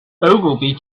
ogilvy